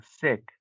sick